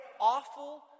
awful